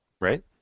Right